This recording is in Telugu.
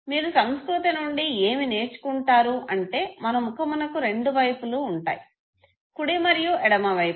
మీరు సంస్కృతి నుండి ఏమి నేర్చుకుంటారు అంటే మన ముఖమునకు రెండు వైపులు ఉంటాయి కుడి మరియు ఎడమ వైపు